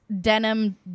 denim